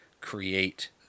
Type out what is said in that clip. create